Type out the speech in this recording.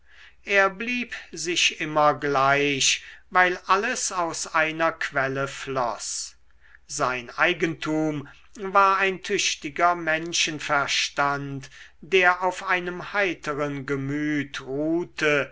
er blieb sich immer gleich weil alles aus einer quelle floß sein eigentum war ein tüchtiger menschenverstand der auf einem heiteren gemüt ruhte